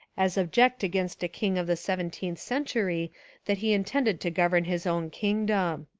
as object against a king of the seventeenth century that he intended to govern his own kingdom.